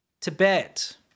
Tibet